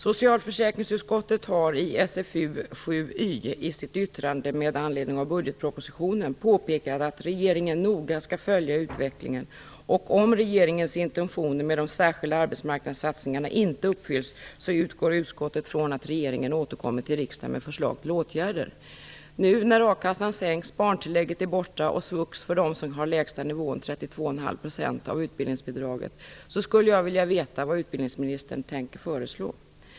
Socialförsäkringsutskottet har i sitt yttrande med anledning av budgetpropositionen, 1994/95:SfU7Y, påpekat att riksdagen noga skall följa utvecklingen, och om regeringens intentioner med de särskilda arbetsmarknadssatsningarna inte uppfylls utgår utskottet från att regeringen återkommer till riksdagen med förslag till åtgärder. Nu när a-kassan sänks, barntillägget är borta och svux för dem som har den lägsta nivån är 32,5 % av utbildningsbidraget skulle jag vilja veta vad utbildningsministern tänker föreslå.